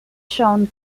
shown